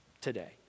today